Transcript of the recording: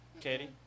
katie